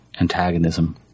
antagonism